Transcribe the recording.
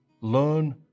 learn